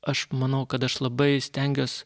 aš manau kad aš labai stengiuos